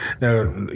Now